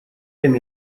wiem